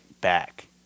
back